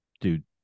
dude